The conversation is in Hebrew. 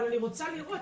אבל אני רוצה לראות,